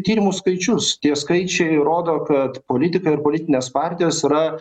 tyrimų skaičius tie skaičiai rodo kad politikai ir politinės partijos yra